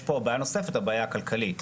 יש פה בעיה נוספת, הבעיה הכלכלית.